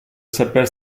sapere